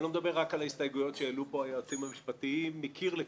אני לא מדבר רק על ההסתייגויות שהעלו פה היועצים המשפטיים מקיר לקיר,